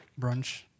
brunch